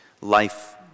life